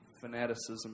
fanaticism